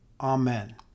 Amen